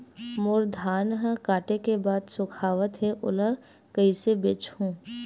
मोर धान ह काटे के बाद सुखावत हे ओला कइसे बेचहु?